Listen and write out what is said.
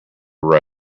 road